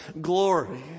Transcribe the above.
glory